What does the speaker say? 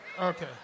Okay